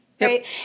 Right